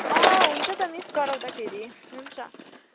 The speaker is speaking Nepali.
अँ हुन्छ त मिस गराउँदाखेरि हुन्छ